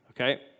okay